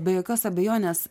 be jokios abejonės